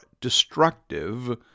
destructive